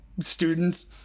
students